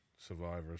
Survivors